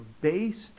based